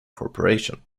corporation